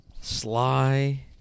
Sly